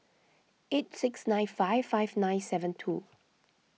eight six nine five five nine seven two